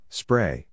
spray